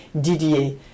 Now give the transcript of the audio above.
Didier